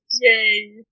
Yay